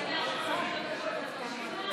של העם.